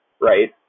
right